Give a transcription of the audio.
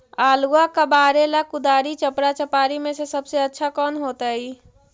आलुआ कबारेला कुदारी, चपरा, चपारी में से सबसे अच्छा कौन होतई?